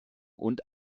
und